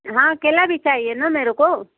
हाँ केला भी चाहिए ना मेरे को